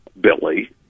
billy